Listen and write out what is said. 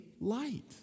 light